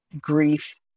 grief